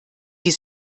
die